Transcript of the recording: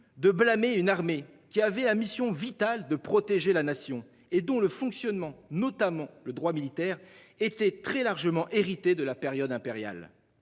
de blâmer une armée qui avait ah mission vitale de protéger la nation et dont le fonctionnement, notamment le droit militaire était très largement héritée de la période impériale.